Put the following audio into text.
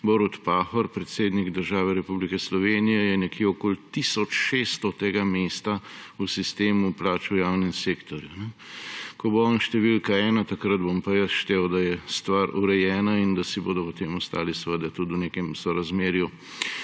Borut Pahor, predsednik države Republike Slovenije, je nekje okoli tisočšestotega mesta v sistemu plač v javnem sektorju. Ko bo on številka ena, takrat bom pa jaz štel, da je stvar urejena in da si bodo potem ostali tudi v nekem sorazmerju,